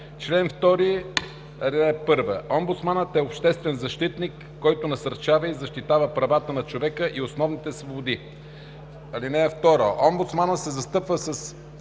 „Чл. 2. (1) Омбудсманът е обществен защитник, който насърчава и защитава правата на човека и основните свободи. (2) Омбудсманът се застъпва с